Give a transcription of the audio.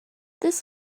this